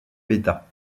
bêta